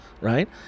right